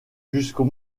jusqu’au